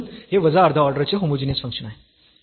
म्हणून हे वजा अर्धा ऑर्डरचे होमोजीनियस फंक्शन आहे